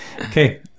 Okay